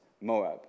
Moab